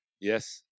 Yes